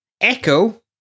echo